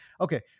Okay